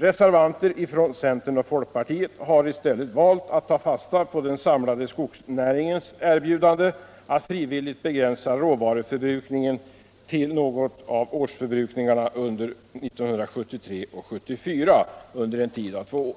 Reservanter från centerpartiet och folkpartiet har i stället valt att ta fasta på den samlade skogsnäringens erbjudande att frivilligt begränsa råvaruförbrukningen till något av årsförbrukningsnivån 1973-1974 under en tid av två år.